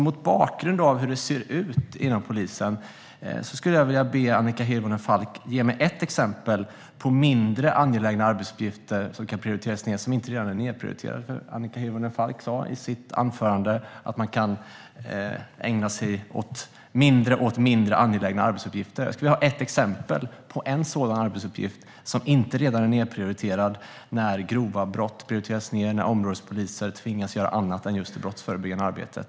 Mot bakgrund av hur det ser ut inom polisen skulle jag vilja be Annika Hirvonen Falk ge mig ett exempel på mindre angelägna arbetsuppgifter som kan prioriteras ned, som inte redan är nedprioriterade. Annika Hirvonen Falk sa i sitt anförande att man kan ägna sig mindre åt mindre angelägna arbetsuppgifter. Jag skulle vilja ha ett exempel på en sådan arbetsuppgift som inte redan är nedprioriterad, när grova brott prioriteras ned och när områdespoliser tvingas göra annat än just det brottsförebyggande arbetet.